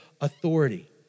authority